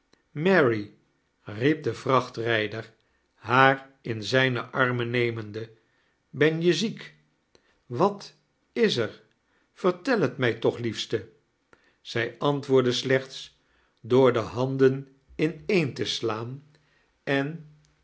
mary riep de vrachtrijder haar in zijne armen nemende ben je ziek wat is er vertel het mij toch liefste zij antwoordde slechts door de handen ineen te slaan en